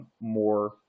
more